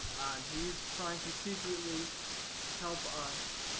and he's trying to secretly help us.